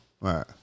Right